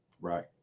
right